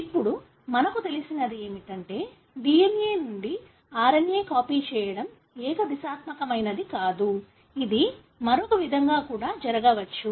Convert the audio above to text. ఇప్పుడు మనకు తెలిసినది ఏమిటంటే DNA నుండి RNA కాపీ చేయడం ఏకదిశాత్మకమైనది కాదు ఇది మరొక విధంగా కూడా జరగవచ్చు